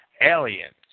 aliens